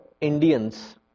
Indians